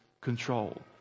control